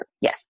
Yes